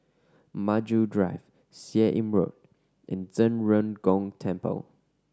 Maju Drive Seah Im Road and Zhen Ren Gong Temple